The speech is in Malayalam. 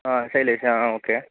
ആ ശൈലേഷ് ആ ഓക്കെ